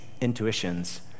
intuitions